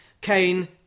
Kane